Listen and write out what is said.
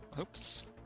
Oops